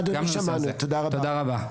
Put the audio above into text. תודה רבה.